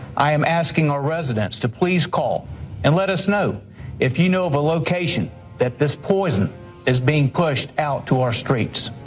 i am asking our residents to please call and let us know if you know of a location that this poison is being pushed out to our streets.